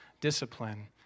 discipline